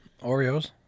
Oreos